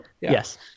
Yes